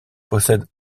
possède